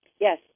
Yes